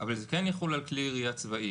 אבל זה כן יחול על כלי ירייה צבאי,